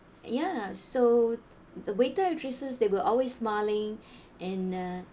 ya so the waiter waitresses they were always smiling and uh